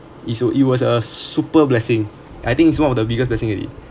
it was it was a super blessing I think it's one of the biggest blessing already